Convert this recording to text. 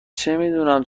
چمیدونم